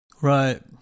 Right